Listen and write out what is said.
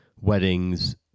weddings